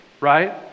right